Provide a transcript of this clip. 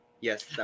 Yes